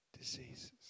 diseases